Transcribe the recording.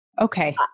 Okay